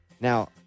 Now